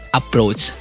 approach